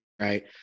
right